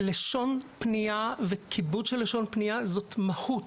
לשון פניה וכיבוד של לשון פניה זו מהות.